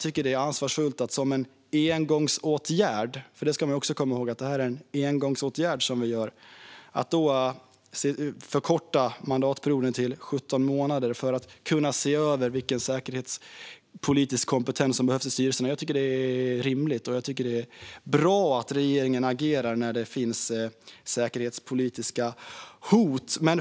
Det är ansvarsfullt att som en engångsåtgärd - för det ska man komma ihåg att det är - förkorta mandatperioden till 17 månader för att kunna se över vilken säkerhetspolitisk kompetens som behövs i styrelserna. Jag tycker att det är rimligt. Det är bra att regeringen agerar när det finns säkerhetspolitiska hot.